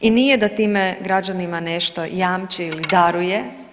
I nije da time građanima nešto jamči ili daruje.